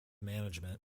management